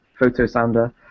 Photosounder